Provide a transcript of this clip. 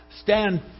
Stand